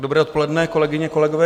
Dobré odpoledne, kolegyně, kolegové.